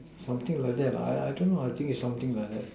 something like that I I don't know I think is something like that